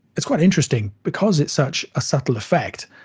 it's quite interesting because it's such a subtle effect,